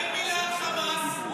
אולי מילה על חמאס?